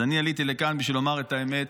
אז אני עליתי לכאן בשביל לומר את האמת,